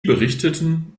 berichteten